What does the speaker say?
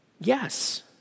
Yes